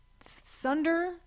Sunder